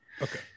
Okay